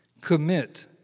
Commit